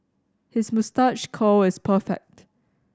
his moustache curl is perfect